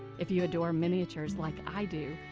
if you adore miniatures like i do,